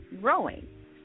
growing